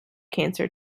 cancer